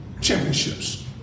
championships